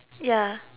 ya